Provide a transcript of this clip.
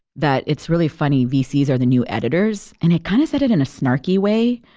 that it's really funny vcs are the new editors, and i kind of said it in a snarky way,